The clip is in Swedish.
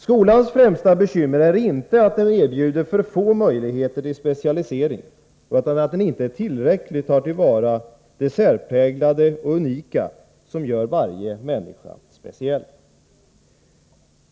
Skolans främsta bekymmer är inte att den erbjuder för få möjligheter till specialisering utan att den inte tillräckligt tar till vara det särpräglade och unika som gör varje människa speciell.